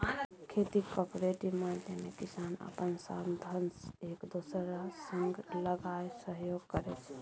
खेतीक कॉपरेटिव माध्यमे किसान अपन साधंश एक दोसरा संग लगाए सहयोग करै छै